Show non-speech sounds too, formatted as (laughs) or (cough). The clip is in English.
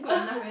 (laughs)